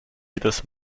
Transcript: jedes